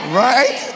right